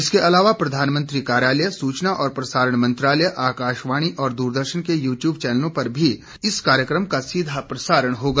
इसके अलावा प्रधानमंत्री कार्यालय सूचना और प्रसारण मंत्रालय आकाशवाणी और द्रदर्शन के यूट्यूब चैनलों पर भी इस कार्यक्रम का सीधा प्रसारण होगा